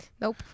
Nope